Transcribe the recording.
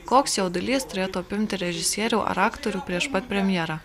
koks jaudulys turėtų apimti režisierių ar aktorių prieš pat premjerą